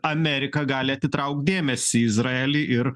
amerika gali atitraukt dėmesį į izraelį ir